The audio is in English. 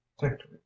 Victory